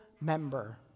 member